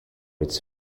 its